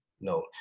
no